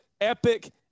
epic